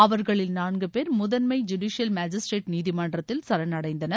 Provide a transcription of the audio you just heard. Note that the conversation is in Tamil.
அவர்களில் நான்கு பேர் முதன்மை ஜூடிஷியல் மேஸ்திரேட் நீதிமன்றத்தில் சரணடைந்தனர்